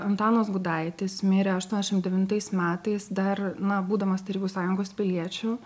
antanas gudaitis mirė aštuoniasdešim devintais metais dar na būdamas tarybų sąjungos piliečiu